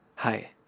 Hi